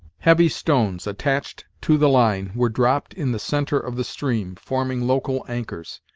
heavy stones, attached to the line, were dropped in the centre of the stream, forming local anchors,